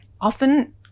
often